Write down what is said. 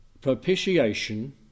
propitiation